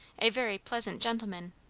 a very pleasant gentleman.